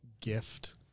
gift